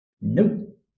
nope